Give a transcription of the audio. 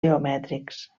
geomètrics